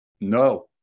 No